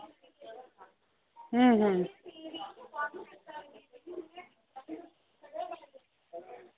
हूं हूं